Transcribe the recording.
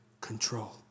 control